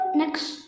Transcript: next